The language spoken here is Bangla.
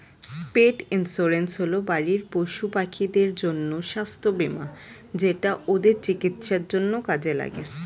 পেট ইন্সুরেন্স হল বাড়ির পশুপাখিদের জন্য স্বাস্থ্য বীমা যেটা ওদের চিকিৎসার জন্য কাজে লাগে